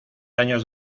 años